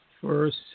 first